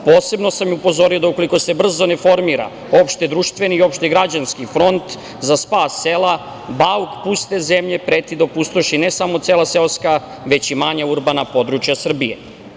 Posebno sam upozorio da ukoliko se brzo ne formira opšte-društveni i opšte-građanski front za spas sela Bauk, Puste zemlje preti da opustoši ne samo cela seoska, već i manja urbana područja Srbije.